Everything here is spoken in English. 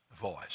voice